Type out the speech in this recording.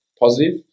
positive